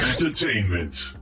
entertainment